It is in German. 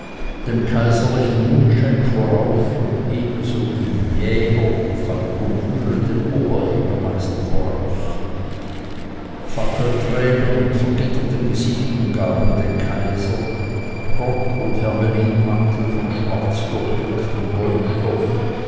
dem kaiserlichen mundschenk vorauf und ebenso gingen jäger und falkoniere dem oberjägermeister vorauf fackelträger mit vergittertem gesicht umgaben den kaiser rock und hermelinmantel von schwarzdurchwirktem goldstoff